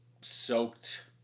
soaked